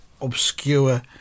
obscure